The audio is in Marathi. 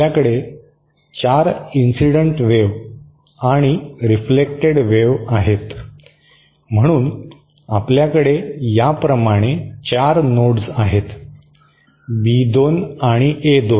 आपल्याकडे 4 इन्सिडेंट वेव्ह आणि रिफ्लेक्टड वेव्ह आहेत म्हणून आपल्याकडे याप्रमाणे 4 नोड्स आहेत बी 2 आणि ए 2